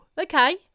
okay